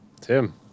Tim